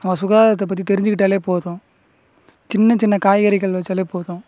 சுகாதாரத்தை பற்றி தெரிஞ்சிக்கிட்டாலே போதும் சின்ன சின்ன காய்கறிகள் வச்சாலே போதும்